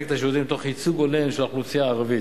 את השירותים תוך ייצוג הולם של האוכלוסייה הערבית,